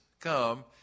come